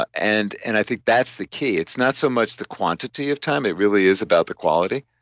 ah and and i think that's the key. it's not so much the quantity of time, it really is about the quality,